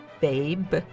babe